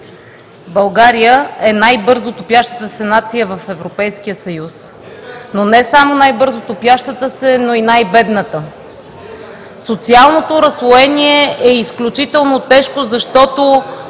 България е най-бързо топящата се нация в Европейския съюз – не само най-бързо топящата се, но и най-бедната. Социалното разслоение е изключително тежко, защото